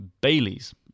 Bailey's